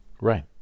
Right